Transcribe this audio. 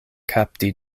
kapti